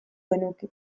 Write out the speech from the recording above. genuke